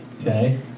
Okay